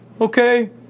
Okay